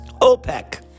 OPEC